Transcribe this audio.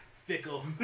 Fickle